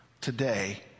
today